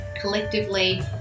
collectively